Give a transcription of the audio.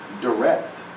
direct